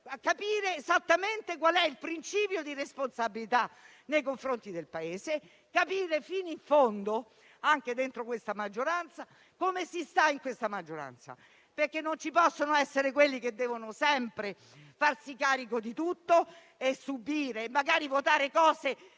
capire esattamente qual è il principio di responsabilità nei confronti del Paese e serve capire fino in fondo come si sta in questa maggioranza, perché non ci possono essere alcuni che devono sempre farsi carico di tutto, subire e magari votare cose